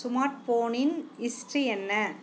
smart ஃபோனின் history என்ன